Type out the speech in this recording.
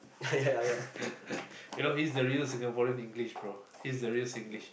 you know he's the real Singaporean English bro he's the real Singlish